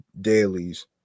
dailies